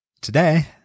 today